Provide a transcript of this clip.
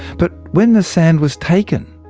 but when the sand was taken,